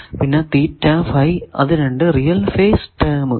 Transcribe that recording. പിന്നെ theta phi അത് രണ്ടു റിയൽ ഫേസ് ടേമുകൾ